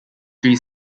three